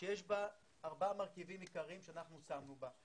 שיש בה ארבעה מרכיבים עיקריים שאנחנו שמנו בה.